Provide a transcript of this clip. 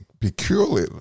peculiarly